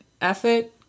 effort